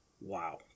wow